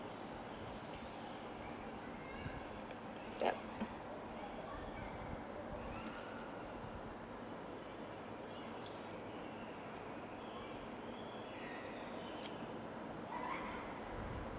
yup